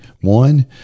one